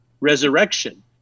resurrection